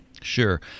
sure